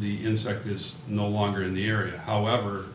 the is there is no longer the earth however